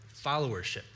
followership